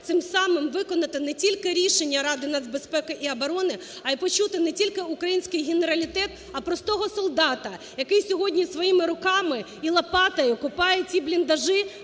цим самим виконати не тільки рішення Ради нацбезпеки і оборони, а й почути не тільки український генералітет, а простого солдата, який сьогодні своїми руками і лопатою копає ці бліндажі,